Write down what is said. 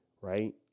right